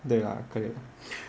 对啦可以啦